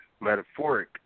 metaphoric